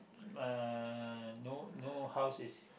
uh no no house is